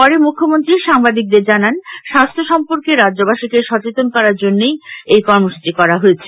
পরে মুখ্যমন্ত্রী সাংবাদিকদের জানান স্বাস্হ্য সম্পর্কে রাজ্যবাসীকে সচেতন করার জন্যেই এই কর্মসূচী করা হয়েছে